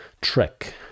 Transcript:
trick